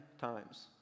times